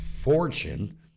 fortune